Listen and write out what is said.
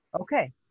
Okay